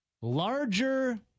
Larger